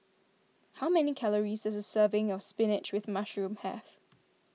how many calories does a serving of Spinach with Mushroom have